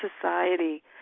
society